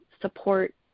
support